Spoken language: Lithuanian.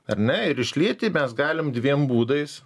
ar ne ir išlieti mes galim dviem būdais